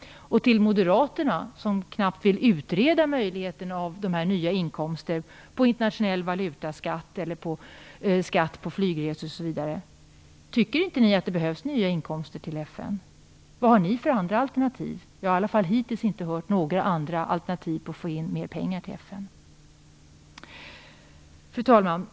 Moderaterna, som knappt vill utreda möjligheten till nya inkomster genom internationell valutaskatt, skatt på flygresor, m.m., vill jag fråga: Tycker inte ni att det behövs nya inkomster till FN? Vilka andra alternativ har ni? Jag har i alla fall hittills inte hört några andra alternativ till att få in mer pengar till FN. Fru talman!